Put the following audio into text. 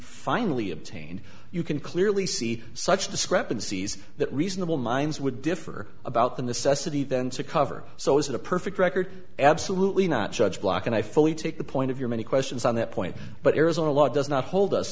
finally obtained you can clearly see such discrepancies that reasonable minds would differ about the necessity then to cover so is a perfect record absolutely not judge black and i fully take the point of your many questions on that point but arizona law does not hold us